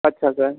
अच्छा सर